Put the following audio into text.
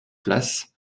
place